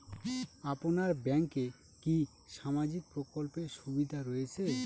আপনার ব্যাংকে কি সামাজিক প্রকল্পের সুবিধা রয়েছে?